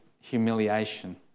humiliation